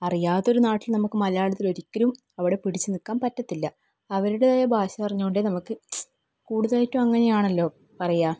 അറിയാത്തൊരു നാട്ടിൽ നമുക്ക് മലയാളത്തിലൊരിക്കലും അവിടെ പിടിച്ച് നിൽക്കാൻ പറ്റത്തില്ല അവരുടേതായ ഭാഷ അറിഞ്ഞുകൊണ്ടേ നമുക്ക് കൂടുതലായിട്ടും അങ്ങനെ ആണല്ലോ പറയുക